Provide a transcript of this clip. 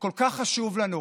כל כך חשוב לנו.